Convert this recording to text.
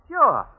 Sure